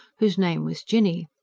whose name was jinny.